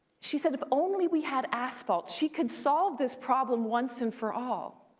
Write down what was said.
she said if only we had asphalt, she could solve this problem once and for all,